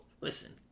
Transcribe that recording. listen